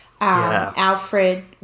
Alfred